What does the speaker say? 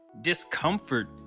discomfort